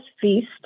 feast